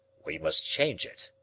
we must change it,